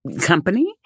company